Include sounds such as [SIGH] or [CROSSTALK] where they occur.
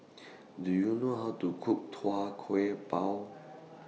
[NOISE] Do YOU know How to Cook Tua Kueh Bao [NOISE]